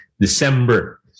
december